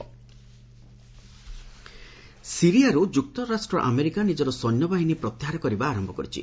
US Syria ସିରିଆରୁ ଯୁକ୍ତରାଷ୍ଟ୍ର America ନିଜର ସୈନ୍ୟବାହିନୀ ପ୍ରତ୍ୟାହାର କରିବା ଆରମ୍ଭ କରିଛି